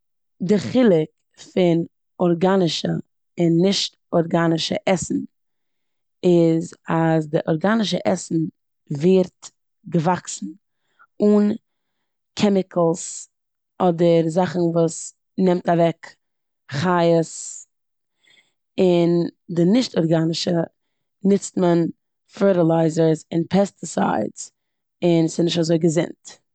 די חילוק פון ארגאנישע און נישט ארגאנישע עסן איז אז די ארגאנישע עסן ווערט געוואקסן אן קעמיקעלס אדער זאכן וואס נעמט אוועק חיות און די נישט ארגאנישע נוצט מען פערטילייזער און פעסטיסיידס און ס'איז נישט אזוי געזונט.